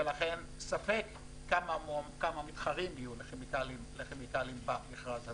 ולכן ספק כמה מתחרים יהיו לכימיקלים במכרז הזה.